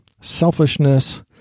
selfishness